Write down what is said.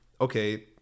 Okay